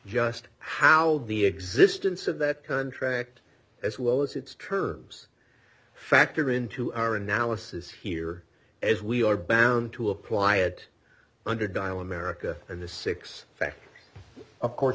just how the existence of that contract as well as its terms factor into our analysis here is we are bound to apply it under dial america and the six fact of course